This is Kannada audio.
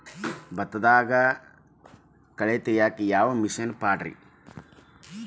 ಭತ್ತದಾಗ ಕಳೆ ತೆಗಿಯಾಕ ಯಾವ ಮಿಷನ್ ಪಾಡ್ರೇ?